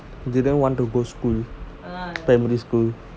didn't want to go school primary school